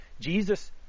Jesus